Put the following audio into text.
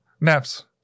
naps